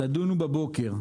תדונו בבוקר.